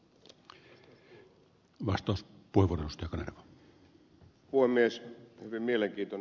hyvin mielenkiintoinen oli ed